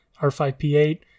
R5P8